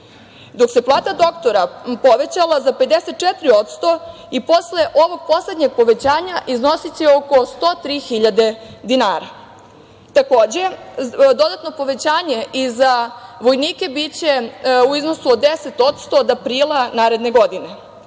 dok se plata doktora povećala za 54,% i posle ovog poslednjeg povećanja iznosiće oko 103.000 dinara. Takođe, dodatno povećanje i za vojnike biće u iznosu od 10% od aprila naredne godine.